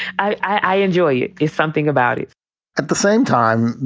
i enjoy it. it's something about it at the same time,